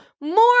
more